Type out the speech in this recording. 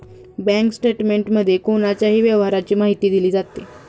bank स्टेटमेंटमध्ये कोणाच्याही व्यवहाराची माहिती दिली जाते